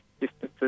distances